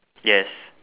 yes